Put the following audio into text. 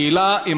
השאלה,